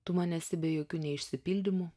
tu man esi be jokių neišsipildymų